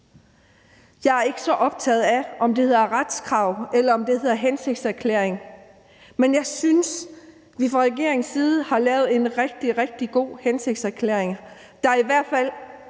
Jeg er ikke så optaget af, om det hedder retskrav, eller om det hedder hensigtserklæring, men jeg synes, vi fra regeringens side har lavet en rigtig, rigtig god hensigtserklæring, der i hvert fald